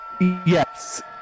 yes